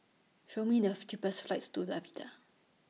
Show Me The cheapest flights to Latvia